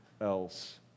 else